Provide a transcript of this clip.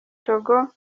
togo